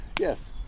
Yes